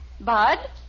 Bud